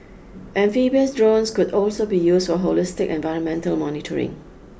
amphibious drones could also be used for holistic environmental monitoring